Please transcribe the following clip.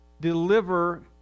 deliver